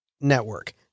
network